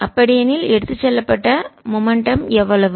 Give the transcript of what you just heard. அப்படியெனில் எடுத்து செல்லப்பட்ட மூமென்டம் எவ்வளவு